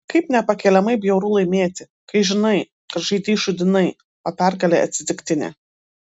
kaip nepakeliamai bjauru laimėti kai žinai kad žaidei šūdinai o pergalė atsitiktinė